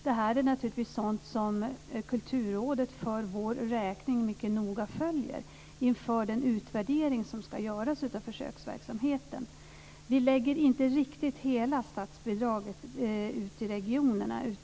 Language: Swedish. Det är sådant som Kulturrådet naturligtvis mycket noga följer för vår räkning inför den utvärdering som ska göras av försöksverksamheten. Vi lägger inte ut riktigt hela statsbidraget till regionerna.